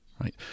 right